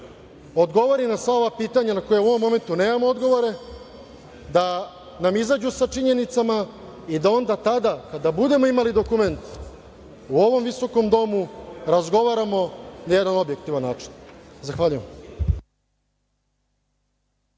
odgovori na sva ova pitanja na koja u ovom momentu nemamo odgovore, da nam izađu sa činjenicama i da onda tada, kada budemo imali dokument, u ovom visokom domu razgovaramo na jedan objektivan način. Zahvaljujem.